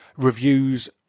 reviews